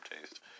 taste